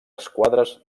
esquadres